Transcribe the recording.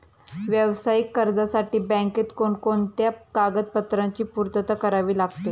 व्यावसायिक कर्जासाठी बँकेत कोणकोणत्या कागदपत्रांची पूर्तता करावी लागते?